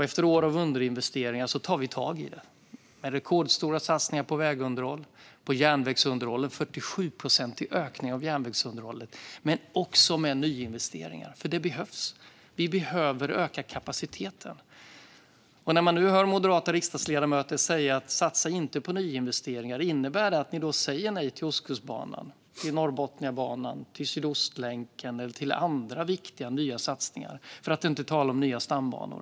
Efter år av underinvesteringar tar vi tag i det med rekordstora satsningar på vägunderhåll, med en 47-procentig ökning av järnvägsunderhållet men också med nyinvesteringar, för det behövs. Vi behöver öka kapaciteten. När man nu hör moderata riksdagsledamöter säga att vi inte ska satsa på nyinvesteringar, innebär det att ni då säger nej till Ostkustbanan, Norrbotniabanan, Sydostlänken eller andra viktiga nya satsningar, för att inte tala om nya stambanor?